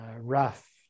rough